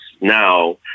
now